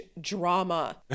drama